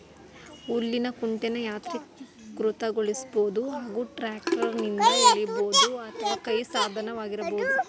ಹುಲ್ಲಿನ ಕುಂಟೆನ ಯಾಂತ್ರೀಕೃತಗೊಳಿಸ್ಬೋದು ಹಾಗೂ ಟ್ರ್ಯಾಕ್ಟರ್ನಿಂದ ಎಳಿಬೋದು ಅಥವಾ ಕೈ ಸಾಧನವಾಗಿರಬಹುದು